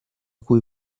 cui